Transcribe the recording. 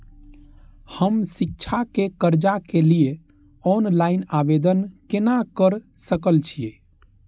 हम शिक्षा के कर्जा के लिय ऑनलाइन आवेदन केना कर सकल छियै?